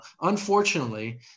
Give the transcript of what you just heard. unfortunately